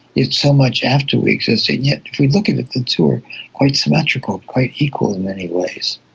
it's so much after we exist, and yet if we look at it the two are quite symmetrical, quite equal in many ways.